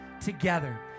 together